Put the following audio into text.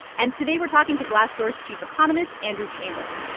and today, we're talking to glassdoor's chief economist, andrew chamberlain.